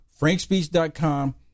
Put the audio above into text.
frankspeech.com